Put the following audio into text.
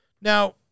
Now